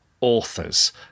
authors